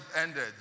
ended